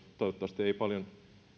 toivottavasti ei paljon